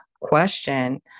question